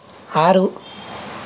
ఆరు